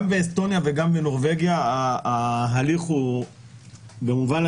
גם באסטוניה וגם בנורבגיה ההליך הוא וולונטרי.